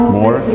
more